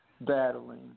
Battling